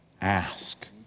ask